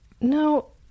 no